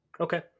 Okay